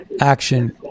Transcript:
action